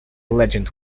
legend